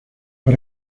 but